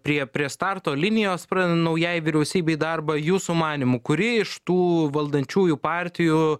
prie prie starto linijos pradedant naujai vyriausybei darbą jūsų manymu kuri iš tų valdančiųjų partijų